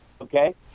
Okay